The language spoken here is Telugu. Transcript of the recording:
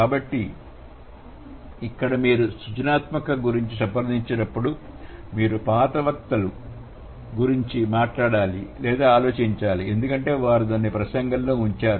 కాబట్టి ఇక్కడ మీరు సృజనాత్మకతను సంప్రదించినప్పుడు మీరు పాత వక్తలు గురించి మాట్లాడాలి లేదా ఆలోచించాలి ఎందుకంటే వారు దానిని ప్రసంగంలో ఉపయోగించారు